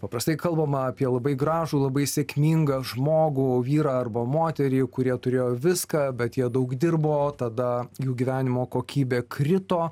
paprastai kalbama apie labai gražų labai sėkmingą žmogų vyrą arba moterį kurie turėjo viską bet jie daug dirbo tada jų gyvenimo kokybė krito